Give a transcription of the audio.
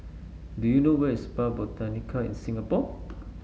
do you know where is Spa Botanica in Singapore